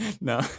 No